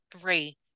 three